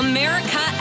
America